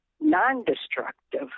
non-destructive